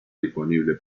disponible